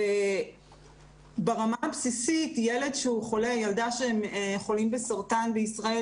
ברמה הבסיסית ילד או ילדה שחולים בסרטן בישראל,